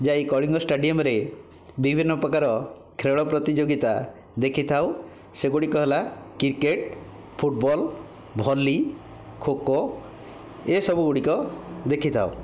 ଯାଇ କଳିଙ୍ଗ ଷ୍ଟାଡ଼ିୟମରେ ବିଭିନ୍ନ ପ୍ରକାର ଖେଳ ପ୍ରତିଯୋଗିତା ଦେଖିଥାଉ ସେଗୁଡ଼ିକ ହେଲା କ୍ରିକେଟ୍ ଫୁଟୁବଲ୍ ଭଲି ଖୋଖୋ ଏସବୁ ଗୁଡ଼ିକ ଦେଖିଥାଉ